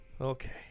Okay